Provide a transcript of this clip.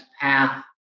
path